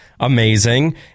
amazing